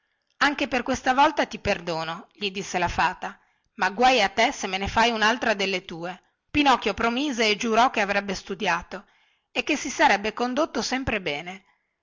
anche per questa volta ti perdono gli disse la fata ma guai a te se me ne fai unaltra delle tue pinocchio promise e giurò che avrebbe studiato e che si sarebbe condotto sempre bene